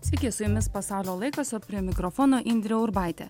sveiki su jumis pasaulio laikas o prie mikrofono indrė urbaitė